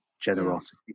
generosity